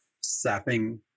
sapping